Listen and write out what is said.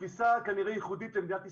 תפיסה שהיא כנראה ייחודית למדינת ישראל.